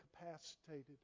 incapacitated